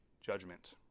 judgment